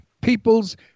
people's